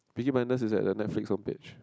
Peaky-Blinders is at the Netflix homepage